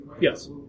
Yes